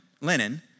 linen